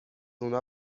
اونا